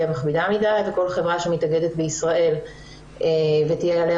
מכבידה מידיי וכל חברה שמתאגדת בישראל ותהיה עליה